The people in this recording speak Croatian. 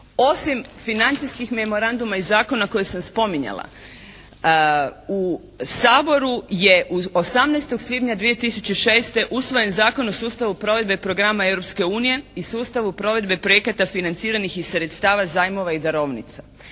osim financijskih memoranduma i zakona koje sam spominjala. U Saboru je 18. svibnja 2006. usvojen Zakon o sustavu provedbe programa Europske unije i sustavu provedbe projekata financiranih iz sredstava zajmova i darovnica.